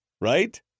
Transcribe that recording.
Right